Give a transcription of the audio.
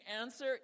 answer